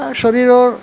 শৰীৰৰ